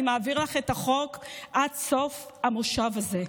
אני מעביר לך את החוק עד סוף המושב הזה,